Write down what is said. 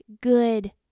good